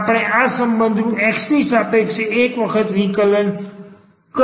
આપણે આ સંબંધનું x ની સાપેક્ષે એક વખત વિકલન કરેલ છે